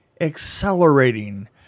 accelerating